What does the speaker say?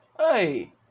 hey